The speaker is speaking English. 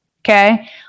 Okay